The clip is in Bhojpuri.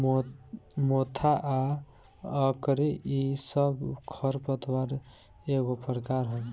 मोथा आ अकरी इ सब खर पतवार एगो प्रकार हवे